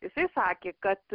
jisai sakė kad